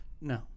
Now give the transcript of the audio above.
No